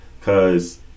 cause